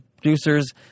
Producers